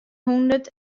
hûndert